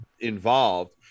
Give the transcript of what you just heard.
involved